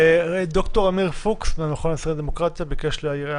ד"ר עמיר פוקס מהמכון הישראלי לדמוקרטיה ביקש להעיר הערה.